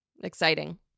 Exciting